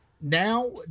Now